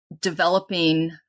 Developing